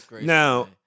Now